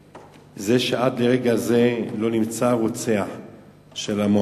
שעד לרגע זה לא נמצא הרוצח במועדון,